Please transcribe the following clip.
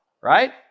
right